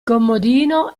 comodino